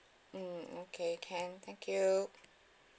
mm okay can thank you